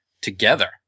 together